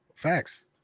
facts